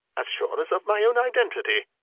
as sure as of my own identity.